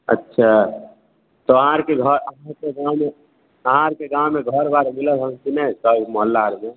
अच्छा तऽ अहाँ आओरके घर अहाँ आओरके गाममे अहाँ आओरके गाममे घरबार मिलल हइ कि नहि मोहल्ला आओरमे